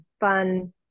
fun